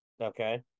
Okay